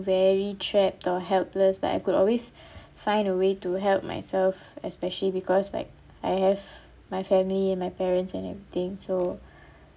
very trapped or helpless like I could always find a way to help myself especially because like I have my family and my parents and everything so